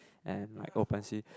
and like open sea